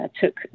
took